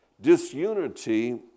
Disunity